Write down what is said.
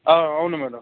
అవును మేడం